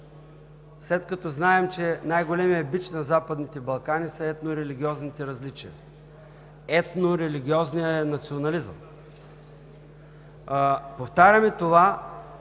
след като знаем, че най-големият бич на Западните Балкани са етнорелигиозните различия, етнорелигиозният национализъм. Повтаряме това,